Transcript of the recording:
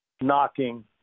knocking